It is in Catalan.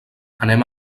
anem